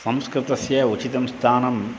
संस्कृतस्य उचितं स्थानम्